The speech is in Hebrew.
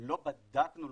לא בדקנו,